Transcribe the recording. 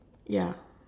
ya